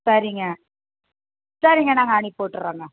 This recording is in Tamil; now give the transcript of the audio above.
சரிங்க சரிங்க நாங்கள் அனுப்பிவிட்டுறோங்க